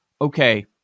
okay